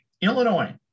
Illinois